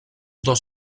dos